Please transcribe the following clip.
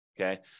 okay